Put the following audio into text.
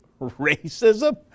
racism